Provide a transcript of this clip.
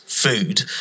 food